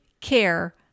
care